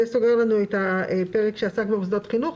זה סוגר לנו את הפרק שעסק במוסדות חינוך.